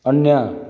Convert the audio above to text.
अन्य